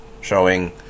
showing